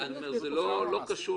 זה לא קשור